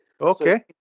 okay